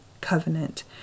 covenant